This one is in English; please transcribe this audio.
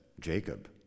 Jacob